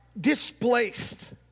displaced